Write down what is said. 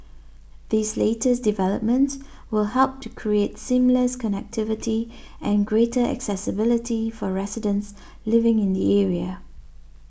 these latest developments will help to create seamless connectivity and greater accessibility for residents living in the area